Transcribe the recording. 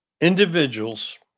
Individuals